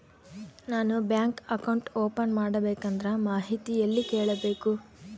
ನಾನು bank account open ಮಾಡಬೇಕಂದ್ರ ಮಾಹಿತಿ ಎಲ್ಲಿ ಕೇಳಬೇಕು?